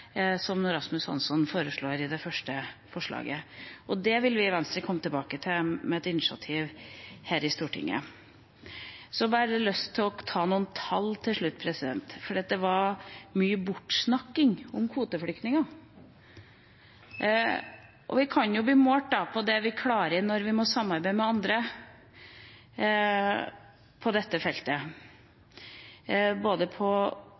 som Rasmus Hansson foreslår i det første forslaget. Det vil vi i Venstre komme tilbake til med et initiativ her i Stortinget. Så har jeg bare lyst til å ta noen tall til slutt, for det var mye bortsnakking om kvoteflyktninger. Vi kan bli målt på det vi klarer når vi må samarbeide med andre på dette feltet, på både